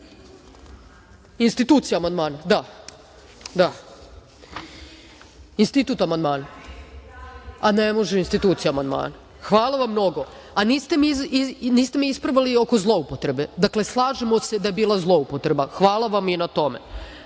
dalje. Institucija amandmana? Da. Institut amandmana, ne može institucija amandmana. Hvala vam mnogo. A niste me ispravili oko zloupotrebe? Dakle, slažemo se da je bila zloupotreba. Hvala vam i na tome. Na